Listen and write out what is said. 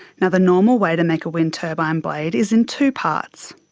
and the normal way to make a wind turbine blade is in two parts.